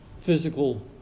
physical